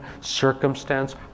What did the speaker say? circumstance